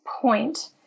point